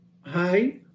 Hi